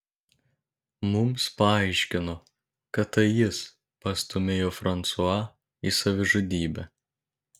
mums paaiškino kad tai jis pastūmėjo fransua į savižudybę